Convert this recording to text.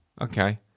okay